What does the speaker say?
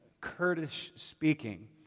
Kurdish-speaking